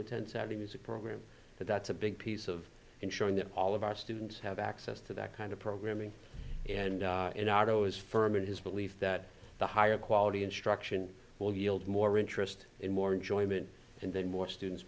attend saturday music program but that's a big piece of ensuring that all of our students have access to that kind of programming and in our toes firm in his belief that the higher quality instruction will yield more interest and more enjoy and then more students